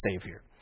Savior